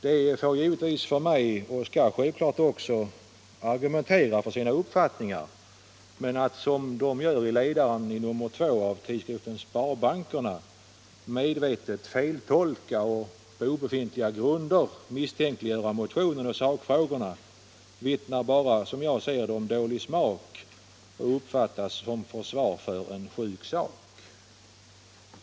Den får och skall givetvis också argumentera för sina uppfattningar, men att, som den gör i ledaren i nr 2 av tidskriften Sparbankerna, medvetet feltolka och på obefintliga grunder misstänkliggöra motionen i sakfrågorna vittnar bara om dålig smak och uppfattas som försvar för en sjuk sak.